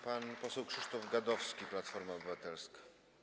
Pan poseł Krzysztof Gadowski, Platforma Obywatelska.